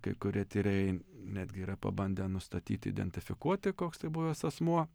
kai kurie tyrėjai netgi yra pabandę nustatyti identifikuoti koks tai buvęs asmuo